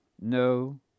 no